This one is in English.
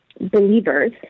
believers